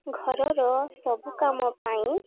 ଘରର ସବୁ କାମ ପାଇଁ